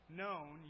known